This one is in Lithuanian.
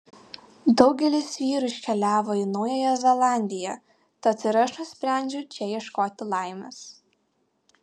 daugelis vyrų iškeliavo į naująją zelandiją tad ir aš nusprendžiau čia ieškoti laimės